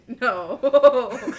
No